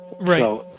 Right